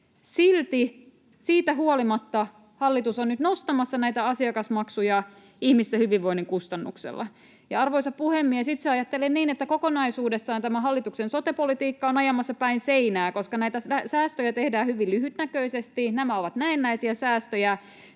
Silti, siitä huolimatta, hallitus on nyt nostamassa näitä asiakasmaksuja ihmisten hyvinvoinnin kustannuksella. Arvoisa puhemies! Itse ajattelen, että kokonaisuudessaan tämä hallituksen sote-politiikka on ajamassa päin seinää, koska näitä säästöjä tehdään hyvin lyhytnäköisesti, nämä ovat näennäisiä säästöjä